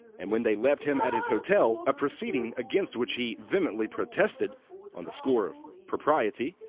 and when they left him at his hotel, a proceeding against which he vehemently protested on the score of propriety,